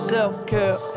Self-care